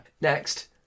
Next